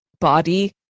body